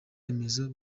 remezo